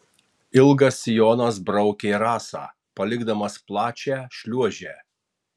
ilgas sijonas braukė rasą palikdamas plačią šliuožę